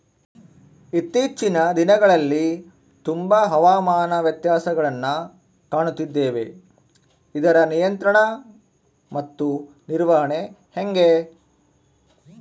ಇತ್ತೇಚಿನ ದಿನಗಳಲ್ಲಿ ತುಂಬಾ ಹವಾಮಾನ ವ್ಯತ್ಯಾಸಗಳನ್ನು ಕಾಣುತ್ತಿದ್ದೇವೆ ಇದರ ನಿಯಂತ್ರಣ ಮತ್ತು ನಿರ್ವಹಣೆ ಹೆಂಗೆ?